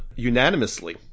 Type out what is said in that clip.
unanimously